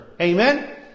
Amen